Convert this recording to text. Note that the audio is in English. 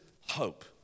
hope